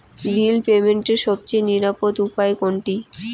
বিল পেমেন্টের সবচেয়ে নিরাপদ উপায় কোনটি?